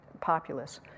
populace